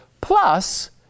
plus